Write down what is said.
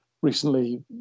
recently